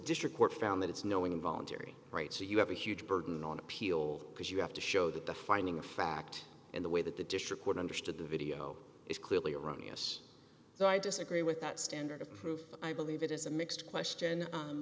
district court found that it's no involuntary right so you have a huge burden on appeal because you have to show that the finding of fact in the way that the district court understood the video is clearly erroneous so i disagree with that standard of proof i believe it is a mixed question